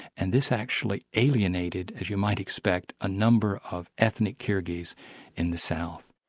and this actually alienated, as you might expect, a number of ethnic kyrgyz in the south.